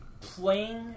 playing